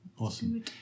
awesome